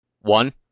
One